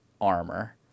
Armor